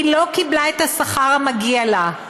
היא לא קיבלה את השכר המגיע לה,